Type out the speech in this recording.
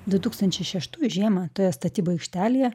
du tūkstančiai šeštųjų žiemą toje statybų aikštelėje